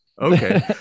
Okay